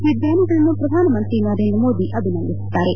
ವಿಜ್ಞಾನಿಗಳನ್ನು ಪ್ರಧಾನಮಂತ್ರಿ ನರೇಂದ್ರ ಮೋದಿ ಅಭಿನಂದಿಸಿದ್ದಾರೆ